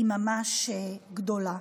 היא ממש גדולה.